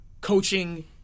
coaching